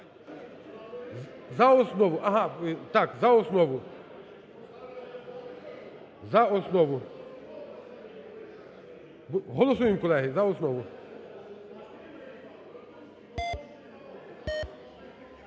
За основу. Голосуємо колеги,